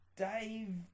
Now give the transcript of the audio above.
Dave